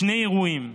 שני אירועים: